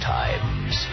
times